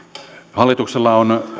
hallituksella on